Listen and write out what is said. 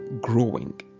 growing